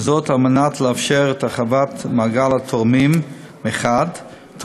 וזאת כדי לאפשר את הרחבת מעגל התורמים מחד גיסא,